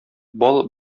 бал